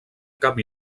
cap